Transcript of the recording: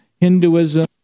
Hinduism